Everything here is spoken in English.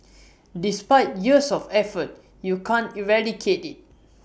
despite years of effort you can't eradicate IT